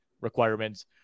requirements